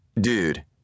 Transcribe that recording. Dude